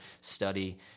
study